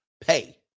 pay